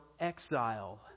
exile